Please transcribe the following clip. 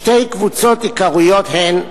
שתי הקבוצות העיקריות הן: